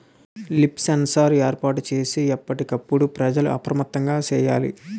leaf sensor ఏర్పాటు చేసి ఎప్పటికప్పుడు ప్రజలు అప్రమత్తంగా సేయాలి